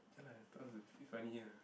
then like you talk to if funny ah